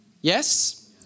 Yes